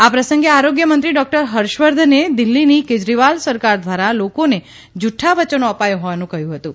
આ પ્રસંગે આરોગ્ય મંત્રી ડોકટર હર્ષ વર્ધને દિલ્ફીની કેજરીવાલ સરકાર ધ્વારા લોકોને જુઠા વચનો અપાયાનું કહયું હતું